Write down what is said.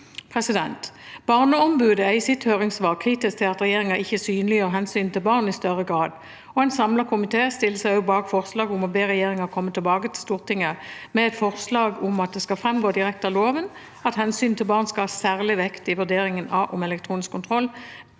for barn. Barneombudet er i sitt høringssvar kritisk til at regjeringen ikke synliggjør hensynet til barn i større grad, og en samlet komité stiller seg også bak forslaget om å be regjeringen komme tilbake til Stortinget med et forslag om at det skal framgå direkte av loven at hensynet til barn skal ha særlig vekt i vurderingen av om elektronisk kontroll